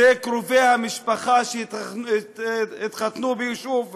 זה קרובי המשפחה שהתחתנו ביישוב סמוך.